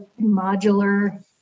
modular